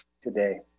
today